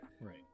right